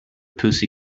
pussy